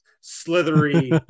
slithery